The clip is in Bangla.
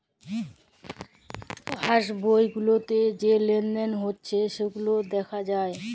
পাস বই গুলাতে যা লেলদেল হচ্যে সেগুলা দ্যাখা যায়